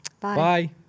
Bye